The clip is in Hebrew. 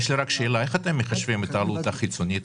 איך אתם מחשבים את העלות החיצונית?